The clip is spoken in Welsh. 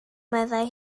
meddai